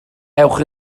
ewch